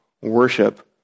worship